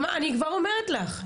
אני כבר אומרת לך.